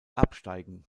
absteigen